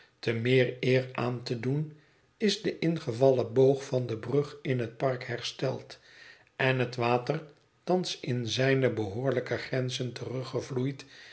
te meer eer aan te doen is de ingevallen boog van de brug in het park hersteld en het water thans in zijne behoorlijke grenzen